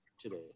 today